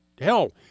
hell